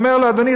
ואומר לו: אדוני,